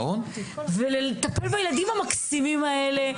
ולטפל בילדים המקסימים האלה,